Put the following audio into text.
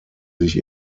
sich